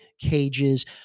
cages